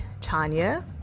Tanya